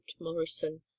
morrison